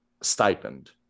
stipend